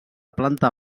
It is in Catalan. planta